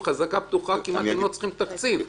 עם חזקה פתוחה אתם כמעט לא צריכים תקציב.